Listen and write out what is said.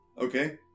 Okay